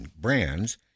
brands